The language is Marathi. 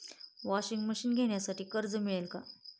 वॉशिंग मशीन घेण्यासाठी कर्ज मिळेल का?